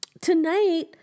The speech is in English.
Tonight